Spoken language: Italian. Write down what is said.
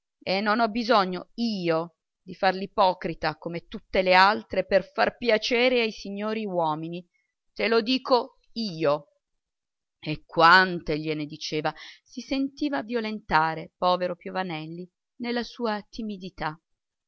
e non ho bisogno io di far l'ipocrita come tutte le altre per far piacere ai signori uomini te lo dico io e quante gliene diceva si sentiva violentare povero piovanelli nella sua timidità